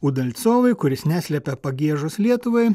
udalcovui kuris neslepia pagiežos lietuvai